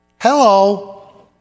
Hello